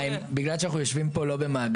בגלל שאנחנו לא יושבים פה במעגל,